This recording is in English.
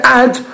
add